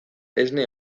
esne